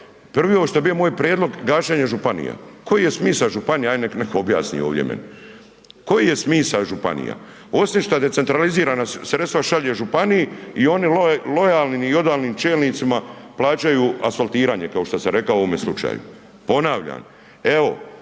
prvi što bi bio moj prijedlog, gašenje županija. Koji je smisao županija ajde nek mi neko objasni ovdje meni. Koji je smisao županija osim šta decentralizirana sredstva šalje županiji i oni lojalni i odavnim čelnicima plaćaju asfaltiranje kao što sam rekao u ovome slučaju. Ponavljam, evo